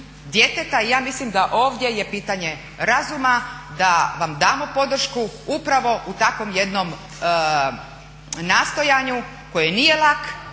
djeteta. I ja mislim da ovdje je pitanje razuma da vam damo podršku upravo u takvom jednom nastojanju koji nije lak